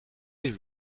les